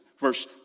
verse